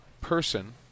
person